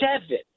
seven